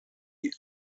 die